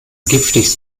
giftig